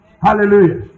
Hallelujah